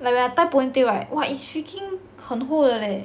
like when I tie ponytail right !wah! it's freaking 很厚的 leh